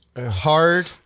hard